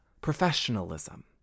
professionalism